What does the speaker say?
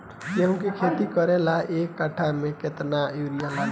गेहूं के खेती करे ला एक काठा में केतना युरीयाँ डाली?